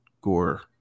gore